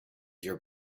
your